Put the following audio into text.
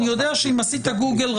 אני יודע שאם עשית גוגל,